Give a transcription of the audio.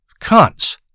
cunts